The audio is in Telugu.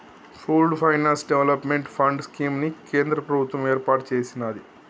pooled finance development fund scheme ని కేంద్ర ప్రభుత్వం ఏర్పాటు చేసినాది